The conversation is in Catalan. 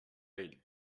ell